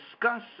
discuss